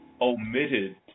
Omitted